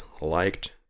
liked